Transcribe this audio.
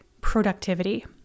productivity